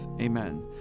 Amen